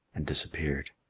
and disappeared.